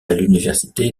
l’université